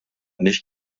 nicht